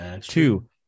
Two